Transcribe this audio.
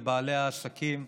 בבעלי העסקים,